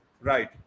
Right